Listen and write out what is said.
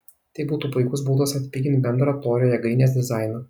tai būtų puikus būdas atpigint bendrą torio jėgainės dizainą